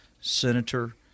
senator